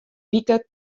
wike